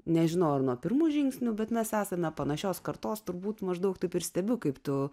nežinau ar nuo pirmųjų žingsnių bet mes esame panašios kartos turbūt maždaug taip ir stebiu kaip tu